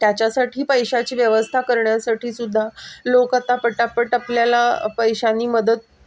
त्याच्यासाठी पैशाची व्यवस्था करण्यासाठी सुद्धा लोक आता पटापट आपल्याला पैशाने मदत